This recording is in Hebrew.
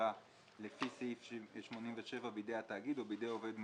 עבירה לפי סעיף 87 בידי התאגיד או בידי עובד מעובדיו,